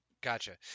gotcha